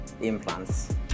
implants